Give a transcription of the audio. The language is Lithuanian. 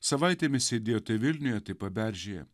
savaitėmis sėdėjo tai vilniuje tai paberžėje